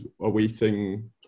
awaiting